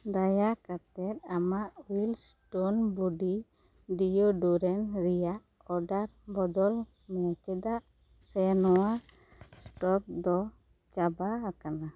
ᱫᱟᱭᱟ ᱠᱟᱛᱮᱫ ᱟᱢᱟᱜ ᱩᱭᱤᱞᱰ ᱥᱴᱳᱱ ᱵᱳᱰᱤ ᱰᱤᱭᱳ ᱰᱩᱨᱮᱸᱴ ᱨᱮᱭᱟᱜ ᱚᱰᱟᱨ ᱵᱚᱫᱚᱞ ᱢᱮ ᱪᱮᱫᱟᱜ ᱥᱮ ᱱᱚᱣᱟ ᱥᱴᱚᱠ ᱫᱚ ᱪᱟᱵᱟ ᱟᱠᱟᱱᱟ